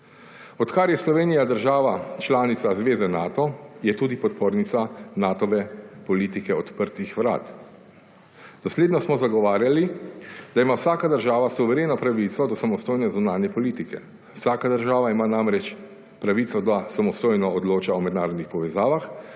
Odkar je Slovenija država članica Zveze Nato, je tudi podpornica Natove politike odprtih varat. Naslednjo smo zagovarjali, da ima vsaka država suvereno pravico do samostojne zunanje politike. Vsaka država ima namreč pravico, da samostojno odloča o mednarodnih povezavah